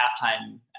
halftime